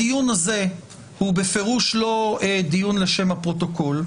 הוא בפירוש לא לשם הפרוטוקול.